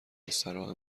مستراح